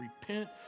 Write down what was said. Repent